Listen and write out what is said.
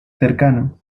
cercano